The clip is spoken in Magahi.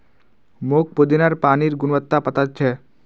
मोक पुदीनार पानिर गुणवत्ता पता छ